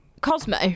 Cosmo